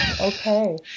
okay